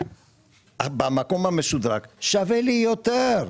במקום המשודרג שווה לי יותר.